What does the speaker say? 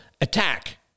attack